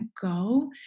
go